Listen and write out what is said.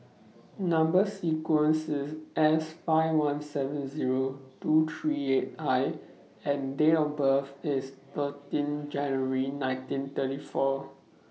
Number sequence IS S five one seven Zero two three eight I and Date of birth IS thirteen January nineteen thirty four